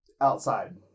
outside